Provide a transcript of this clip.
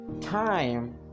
time